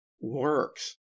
works